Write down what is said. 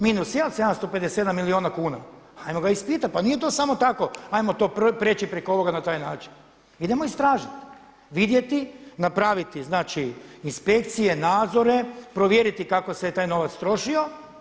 Minus … milijuna kuna, hajmo ga ispitati, pa nije to samo tako hajmo to priječi preko ovoga na taj način, idemo istražiti, vidjeti, napraviti znači inspekcije, nadzore, provjeriti kako se je taj novac trošio.